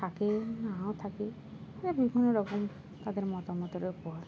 থাকে নাও থাকে এ বিভিন্ন রকম তাদের মতামতেরও উপর